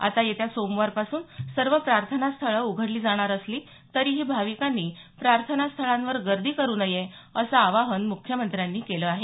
आता येत्या सोमवारपासून सर्व प्रार्थनास्थळं उघडली जाणार असली तरीही भाविकांनी प्रार्थनास्थळांवर गर्दी करू नये असं आवाहन मुख्यमंत्र्यांनी केलं आहे